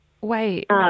Wait